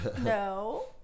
No